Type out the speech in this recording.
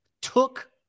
took